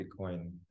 Bitcoin